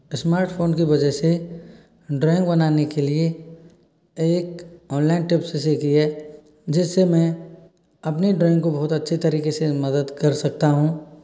smartphone की वजह से ड्रॉइंग बनाने के लिए एक ऑनलाइन टिप्स सीखी हैं जिससे मैं अपनी ड्रॉइंग को बहुत अच्छे तरीके से मदद कर सकता हूँ